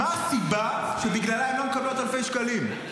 מה הסיבה שבגללה הן לא מקבלות אלפי שקלים.